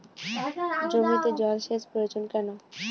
জমিতে জল সেচ প্রয়োজন কেন?